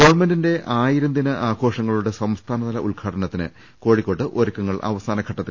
ഗവൺമെന്റിന്റെ ആയിരം ദിന ആഘോഷങ്ങളുടെ സംസ്ഥാനതല ഉദ്ഘാടനത്തിന് കോഴിക്കോട്ട് ഒരുക്കങ്ങൾ അവസാന ഘട്ടത്തിൽ